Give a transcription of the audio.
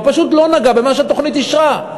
הוא פשוט לא נגע במה שהתוכנית אישרה.